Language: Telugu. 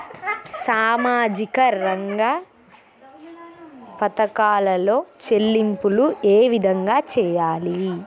సామాజిక రంగ పథకాలలో చెల్లింపులు ఏ విధంగా చేయాలి?